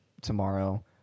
tomorrow